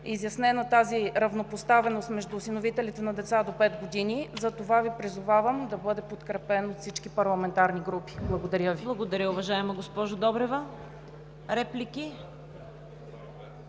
изяснена тази равнопоставеност между осиновителите на деца до 5 години и затова Ви призовавам да бъде подкрепен от всички парламентарни групи. Благодаря Ви. ПРЕДСЕДАТЕЛ ЦВЕТА КАРАЯНЧЕВА: Благодаря Ви, уважаема госпожо Добрева. Реплики?